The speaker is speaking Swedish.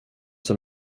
som